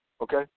okay